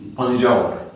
poniedziałek